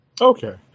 Okay